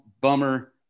bummer